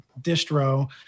distro